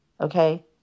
okay